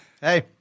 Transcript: Hey